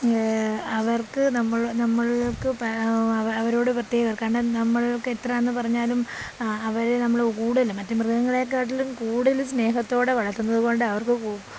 അവർക്ക് നമ്മൾ നമുക്ക് അവരോട് പ്രത്യേകം കാരണം നമ്മൾക്ക് എത്രയാന്ന് പറഞ്ഞാലും അവർ നമ്മൾ കൂടുതലും മറ്റ് മൃഗങ്ങളെ കാട്ടിലും കൂടുതൽ സ്നേഹത്തോടെ വളർത്തുന്നത് കൊണ്ട് അവർക്ക്